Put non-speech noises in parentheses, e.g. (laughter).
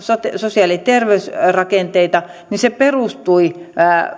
(unintelligible) sotea sosiaali ja terveysrakenteita niin se perustui